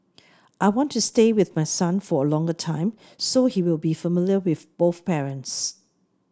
I want to stay with my son for a longer time so he will be familiar with both parents